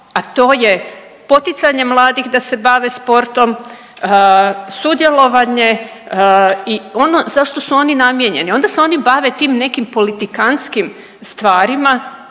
a to je poticanje mladih da se bave sportom, sudjelovanje i ono za što su oni namijenjeni, onda se oni bave tim nekim politikanskim stvarima